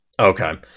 Okay